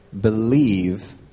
Believe